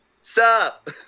sup